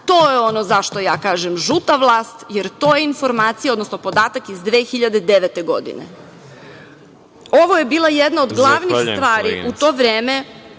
To je ono zašto ja kažem – žuta vlast, jer to je informacija, odnosno podatak iz 2009. godine. Ovo je bila jedna od glavnih stvari u to vreme